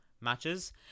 matches